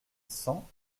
cent